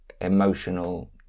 emotional